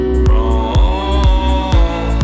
wrong